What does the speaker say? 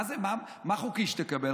מה חוקי שתקבל?